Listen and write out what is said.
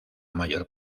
mayor